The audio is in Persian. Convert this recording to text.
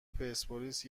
پرسپولیس